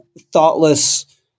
thoughtless